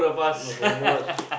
what over was